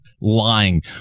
lying